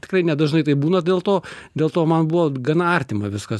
tikrai nedažnai taip būna dėl to dėl to man buvo gana artima viskas